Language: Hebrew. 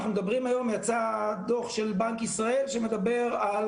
היום יצא דוח של בנק ישראל שמדבר על